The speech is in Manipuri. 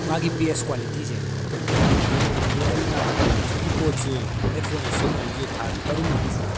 ꯃꯥꯒꯤ ꯕꯦꯁ ꯀ꯭ꯋꯥꯂꯤꯇꯤꯁꯦ ꯌꯥꯝ ꯐꯩ ꯑꯗꯨ ꯑꯩꯅ ꯍꯧꯖꯤꯛꯀꯤ ꯄꯣꯠꯁꯤ ꯍꯦꯠꯐꯣꯟꯁꯦ ꯁꯤꯖꯤꯟꯅꯔꯤꯁꯤ ꯊꯥ ꯇꯔꯨꯛꯃꯨꯛꯇꯤ ꯁꯨꯔꯦ